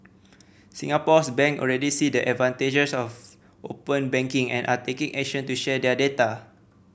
Singapore's bank already see the advantages of open banking and are taking action to share their data